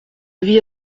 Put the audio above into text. vie